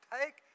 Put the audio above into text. take